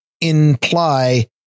imply